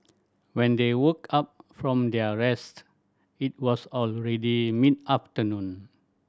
when they woke up from their rest it was already mid afternoon